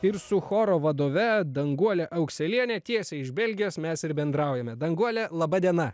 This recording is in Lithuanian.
ir su choro vadove danguole aukseliene tiesiai iš belgijos mes ir bendraujame danguole laba diena